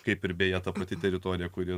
kaip ir beje ta pati teritorija kuri